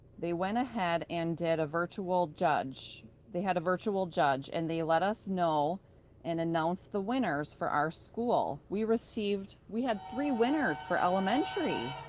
they went ahead and did a virtual judge they had a virtual judge, and they let us know and announced the winners for our school. we received we had three winners for elementary!